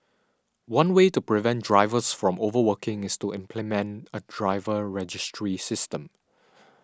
one way to prevent drivers from overworking is to implement a driver registry system